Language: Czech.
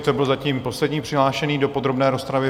To byl zatím poslední přihlášený do podrobné rozpravy.